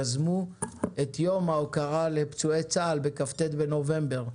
יזמו את יום ההוקרה לפצועי צה"ל בכ"ט בנובמבר,